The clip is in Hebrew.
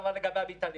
אותו דבר לגבי המטענים.